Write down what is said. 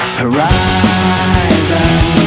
horizon